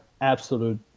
absolute